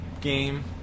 game